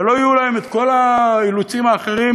ולא יהיו להן כל האילוצים האחרים,